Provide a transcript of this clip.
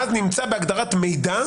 מה נמצא בהגדרת מידע?